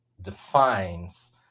defines